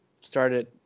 started